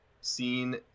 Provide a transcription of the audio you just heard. seen